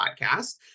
podcast